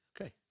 Okay